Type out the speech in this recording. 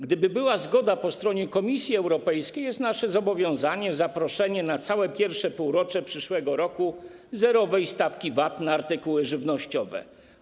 Gdyby była zgoda po stronie Komisji Europejskiej, jest nasze zobowiązanie, zaproszenie na całe I półrocze przyszłego roku zerowej stawki VAT na artykuły żywnościowe.